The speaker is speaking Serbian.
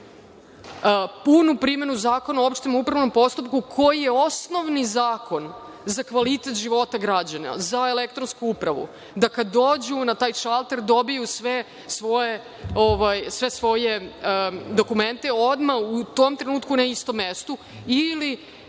punu primenu Zakona o opštem upravnom postupku koji je osnovni zakon za kvalitet života građana, za elektronsku upravu, da kada dođu na taj šalter dobiju sve svoje dokumente odmah u tom trenutku na istom mestu ili